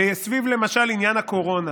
למשל, סביב עניין הקורונה,